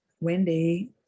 wendy